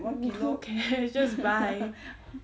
I don't care just buy